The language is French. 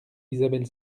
isabelle